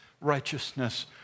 righteousness